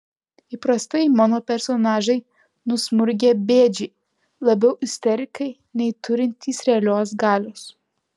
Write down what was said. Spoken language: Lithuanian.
įprastai mano personažai nusmurgę bėdžiai labiau isterikai nei turintys realios galios